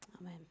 Amen